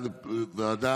האסון.